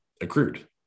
accrued